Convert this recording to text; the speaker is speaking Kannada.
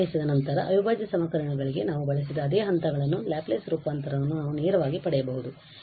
ಅನ್ವಯಿಸಿದ ನಂತರ ಅವಿಭಾಜ್ಯ ಸಮೀಕರಣಗಳಿಗೆ ನಾವು ಬಳಸಿದ ಅದೇ ಹಂತಗಳನ್ನು ಲ್ಯಾಪ್ಲೇಸ್ ರೂಪಾಂತರವನ್ನು ನಾವು ನೇರವಾಗಿ ಪಡೆಯಬಹುದು ಈ Ly F F s ಗೆ ಸಮನಾಗಿರುತ್ತದೆ